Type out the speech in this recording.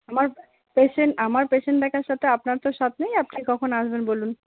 আমার পেশেন্ট আমার পেশেন্ট দেখার সাথে আপনার তো সাথ নেই আপনি কখন আসবেন বলুন